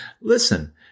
listen